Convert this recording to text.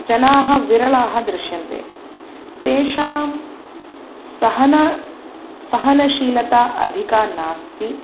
जनाः विरलाः दृश्यन्ते तेषां सहना सहनशीलता अधिका नास्ति